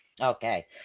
Okay